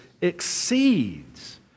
exceeds